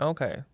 Okay